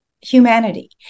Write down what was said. humanity